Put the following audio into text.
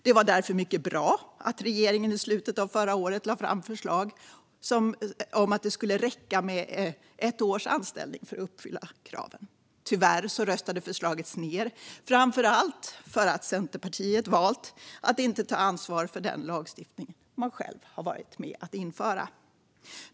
Det var därför mycket bra att regeringen i slutet av förra året lade fram förslag om att det skulle räcka med ett års anställning för att uppfylla kraven. Tyvärr röstades förslaget ned, framför allt för att Centerpartiet valde att inte ta ansvar för den lagstiftning som man själv varit med och infört.